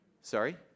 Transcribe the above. sorry